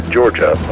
Georgia